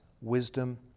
wisdom